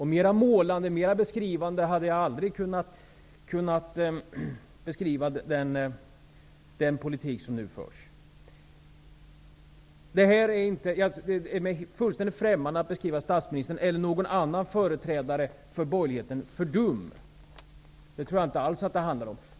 Mer målande hade jag aldrig kunnat beskriva den politik som nu förs. Det är mig fullständigt främmande att beskriva statsministern, eller någon annan företrädare för borgerligheten som dum. Det handlar inte alls om det.